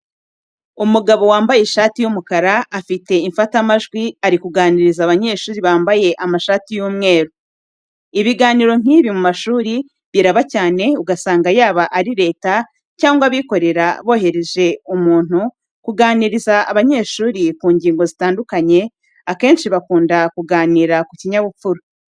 Umugabo wambaye ishati y'umukara afite imfatamajwi ari kuganiriza abanyeshuri bambaye amashati y'umweru. Ibiganiro nkibi mu mashuri biraba cyane ugasanga yaba ari reta cyangwa abikorera bohereje umuntu kuganiriza abanyeshuri ku ngingo zitandukanye, akenshi bakunda kuganira ku kinyabupfura.